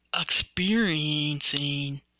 experiencing